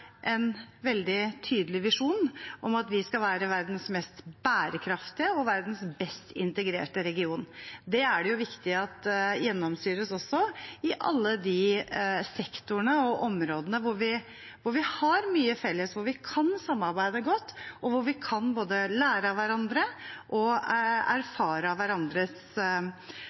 en veldig tydelig visjon om at vi skal være verdens mest bærekraftige og verdens best integrerte region. Det er viktig at det også gjennomsyrer alle de sektorene og områdene hvor vi har mye felles, hvor vi kan samarbeide godt, og hvor vi kan lære av hverandre og hverandres